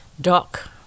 Doc